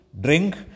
drink